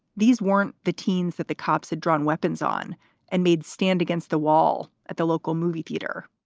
these weren't the teens that the cops had drawn weapons on and made stand against the wall at the local movie theater.